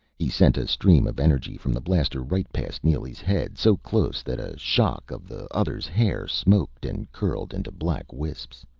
he sent a stream of energy from the blaster right past neely's head, so close that a shock of the other's hair smoked and curled into black wisps.